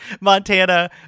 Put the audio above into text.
Montana